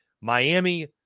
Miami